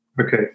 okay